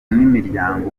nimiryango